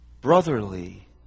Brotherly